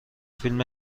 فیلم